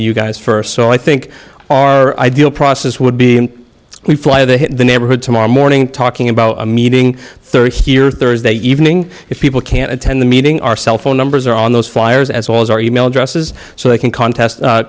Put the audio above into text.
to you guys first so i think our ideal process would be we fly the neighborhood tomorrow morning talking about a meeting thirty here thursday evening if people can't attend the meeting our cell phone numbers are on those flyers as well as our e mail addresses so they can contest